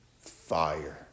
fire